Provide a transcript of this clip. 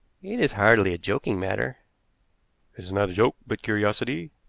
it is hardly a joking matter. it is not a joke, but curiosity,